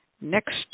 Next